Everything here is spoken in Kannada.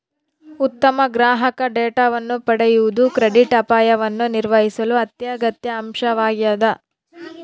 ಉತ್ತಮ ಗ್ರಾಹಕ ಡೇಟಾವನ್ನು ಪಡೆಯುವುದು ಕ್ರೆಡಿಟ್ ಅಪಾಯವನ್ನು ನಿರ್ವಹಿಸಲು ಅತ್ಯಗತ್ಯ ಅಂಶವಾಗ್ಯದ